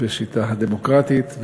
בשיטה הדמוקרטית.